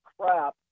crap